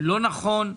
לא נכון,